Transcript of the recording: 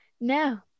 No